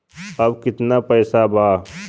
अब कितना पैसा बा?